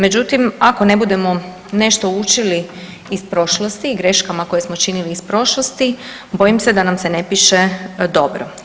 Međutim, ako ne budemo nešto učili iz prošlosti, greškama koje smo činili iz prošlosti, bojim se da nam se ne piše dobro.